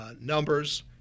numbers